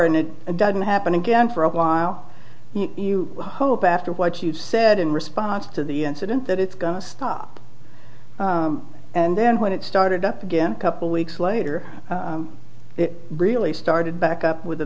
and it doesn't happen again for a while you hope after what you said in response to the incident that it's going to stop and then when it started up again couple weeks later it really started back up with a